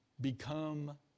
become